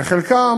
וחלקם,